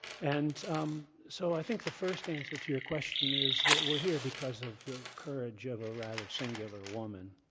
and um so i think the first answer to your question is that we're here because of the courage of a rather singular woman.